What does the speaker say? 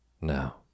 Now